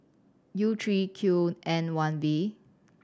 U three Q N one V